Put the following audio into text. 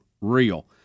real